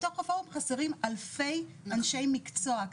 בתוך הפורום חסרים אלפי אנשי מקצוע,